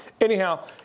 anyhow